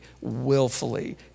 willfully